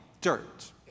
dirt